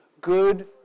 good